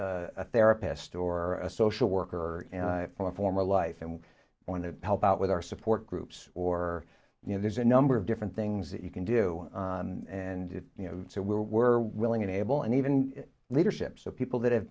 therapist or a social worker or from a former life and we want to help out with our support groups or you know there's a number of different things that you can do and you know so we're willing and able and even leadership so people that have